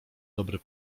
dobry